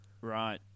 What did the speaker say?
Right